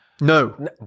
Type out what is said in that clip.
No